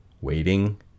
waiting